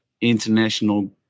international